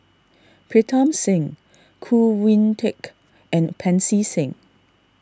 Pritam Singh Khoo Oon Teik and Pancy Seng